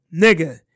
Nigga